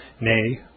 nay